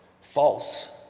False